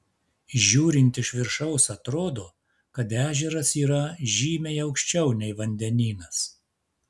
žiūrint iš viršaus atrodo kad ežeras yra žymiai aukščiau nei vandenynas